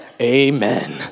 amen